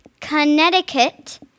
Connecticut